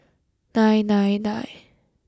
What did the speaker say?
nine nine nine